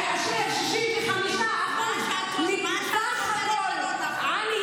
כאשר 65% מסך העניים, מה שאת אומרת הוא לא נכון.